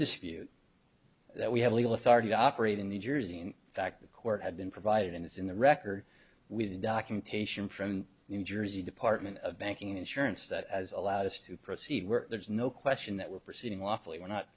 dispute that we have legal authority to operate in new jersey in fact the court had been provided and it's in the record with documentation from new jersey department of banking insurance that allowed us to proceed there's no question that we're proceeding lawfully we're not